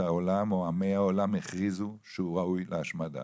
העולם או עמי העולם הכריזו שהוא ראוי להשמדה.